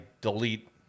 delete